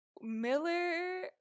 miller